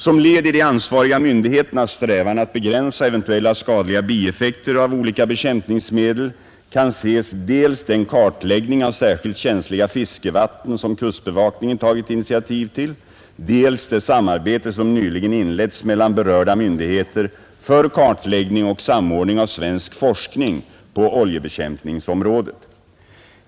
Som led i de ansvariga myndigheternas strävan att begränsa eventuella skadliga bieffekter av olika bekämpningsmedel kan ses dels den kartläggning av särskilt känsliga fiskevatten som kustbevakningen tagit initiativ till, dels det samarbete som nyligen inletts mellan berörda myndigheter för kartläggning och samordning av svensk forskning på oljebekämpningsområdet.